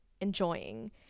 enjoying